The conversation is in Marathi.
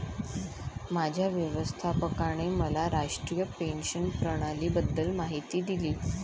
माझ्या व्यवस्थापकाने मला राष्ट्रीय पेन्शन प्रणालीबद्दल माहिती दिली